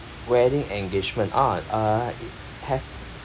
wedding engagement uh uh it have